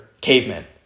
cavemen